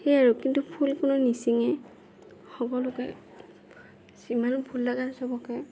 সেই আৰু কিন্তু ফুল কোনেও নিছিঙে সকলোকে যিমান ফুল লাগে চবকে